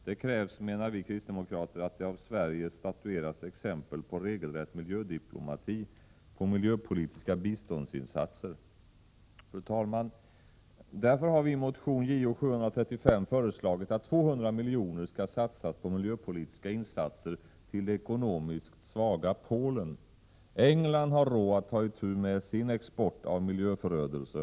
Det krävs, menar vi kristdemokrater, av Sverige att det statuerar exempel på regelrätt ”miljödiplomati”, på miljöpolitiska biståndsinsatser. Fru talman! Därför har vi i motion Jo735 föreslagit att 200 miljoner skall satsas på miljöpolitiska insatser till det ekonomiskt svaga Polen. England har råd att ta itu med sin export av miljöförödelse.